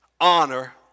honor